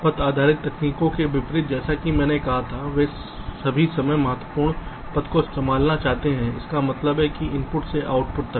पथ आधारित तकनीक के विपरीत जैसा कि मैंने कहा था वे सभी समय महत्वपूर्ण पथ को संभालना चाहते हैं इसका मतलब है इनपुट से आउटपुट तक